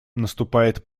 наступает